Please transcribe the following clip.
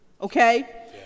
Okay